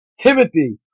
Timothy